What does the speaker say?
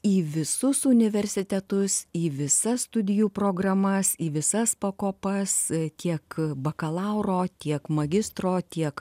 į visus universitetus į visas studijų programas į visas pakopas tiek bakalauro tiek magistro tiek